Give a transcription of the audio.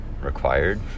required